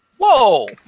Whoa